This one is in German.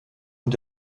und